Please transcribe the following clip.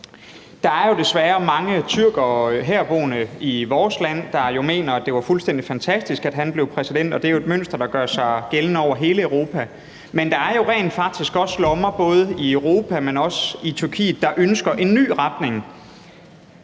Der er jo desværre mange herboende tyrkere i vores land, der mener, det var fuldstændig fantastisk, at han blev præsident, og det er jo et mønster, der gør sig gældende over hele Europa. Men der er jo rent faktisk også lommer både i Europa, men også i Tyrkiet, der ønsker en ny retning.